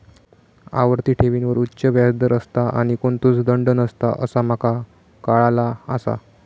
आवर्ती ठेवींवर उच्च व्याज दर असता आणि कोणतोच दंड नसता असा माका काळाला आसा